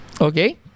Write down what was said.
Okay